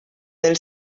del